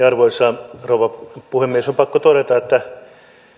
arvoisa rouva puhemies on pakko todeta että